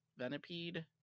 Venipede